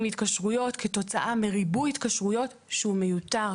להתקשרויות כתוצאה מריבוי התקשרויות שהוא מיותר.